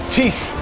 teeth